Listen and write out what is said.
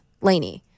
Laney